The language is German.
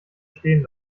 stehen